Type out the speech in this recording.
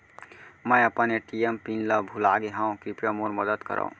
मै अपन ATM pin ला भूलागे हव, कृपया मोर मदद करव